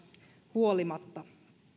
huolimatta